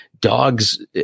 dogs